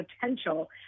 potential